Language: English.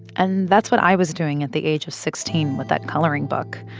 and that's what i was doing at the age of sixteen with that coloring book.